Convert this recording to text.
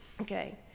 Okay